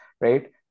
right